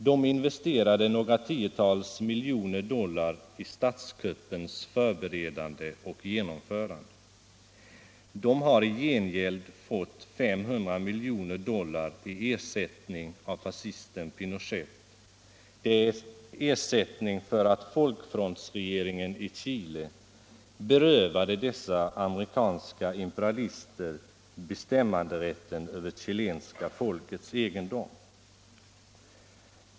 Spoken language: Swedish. De investerade några tiotals miljoner dollar i statskuppens förberedande och genomförande. De har i gengäld fått 500 miljoner dollar av fascisten Pinochet. Det är ersättning för att folkfrontsregeringen i Chile berövade dessa amerikanska imperialister bestämmanderätten över det chilenska folkets egendom.